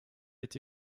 est